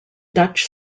dutch